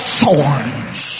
thorns